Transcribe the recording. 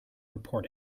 report